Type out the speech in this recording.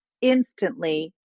instantly